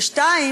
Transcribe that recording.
והשני,